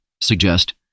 suggest